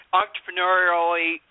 entrepreneurially